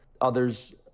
Others